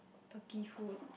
Turkey food